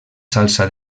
salsa